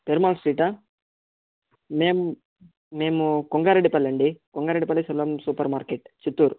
పెరుమాళ్ స్ట్రీటా మేం మేము కొంగారెడ్డిపల్లి అండి కొంగారెడ్డిపల్లి సెల్వం సూపర్ మార్కెట్ చిత్తూరు